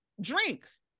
drinks